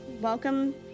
welcome